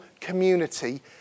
community